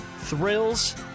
Thrills